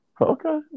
Okay